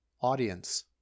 audience